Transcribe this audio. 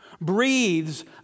breathes